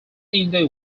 india